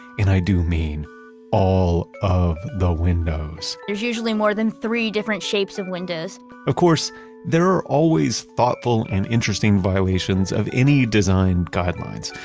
and i do mean all of the windows there's usually more than three different shapes of windows of course there are always thoughtful and interesting violations of any design guidelines,